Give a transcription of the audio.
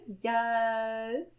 yes